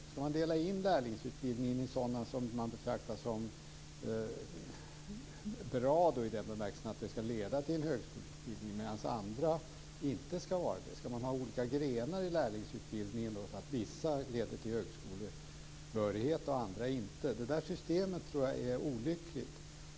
Ska man dela in lärlingsutbildningen i sådana som man betraktar som bra i den bemärkelsen att de leder till en högskoleutbildning medan andra inte ska göra det? Ska man ha olika grenar i lärlingsutbildningen, så att vissa leder till högskolebehörighet och andra inte? Det systemet tror jag är olyckligt.